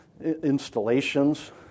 installations